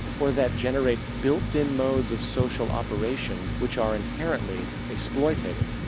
or that generates built-in modes of social operation, wich are inherently exploited?